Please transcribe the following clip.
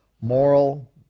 Moral